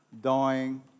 dying